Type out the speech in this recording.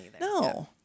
No